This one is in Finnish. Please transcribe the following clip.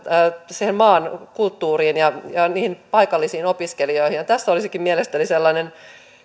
siihen maan kulttuuriin ja ja niihin paikallisiin opiskelijoihin tässä olisikin mielestäni sellainen